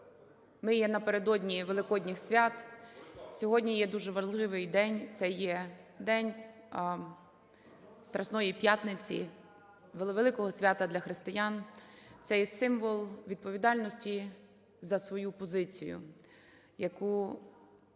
ми є напередодні Великодніх свят. Сьогодні є дуже важливий день – це є день Страсної П'ятниці, великого свята для християн. Це є символ відповідальності за свою позицію, яку